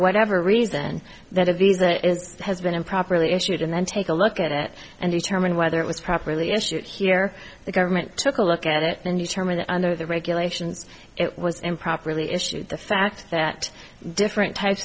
whatever reason that of these that is has been improperly issued and then take a look at it and determine whether it was properly issued here the government took a look at it and you tell me that under the regulations it was improperly issued the fact that different types